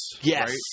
Yes